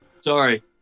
Sorry